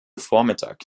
vormittag